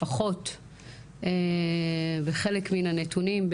לפחות וחלק מן הנתונים,